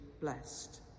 blessed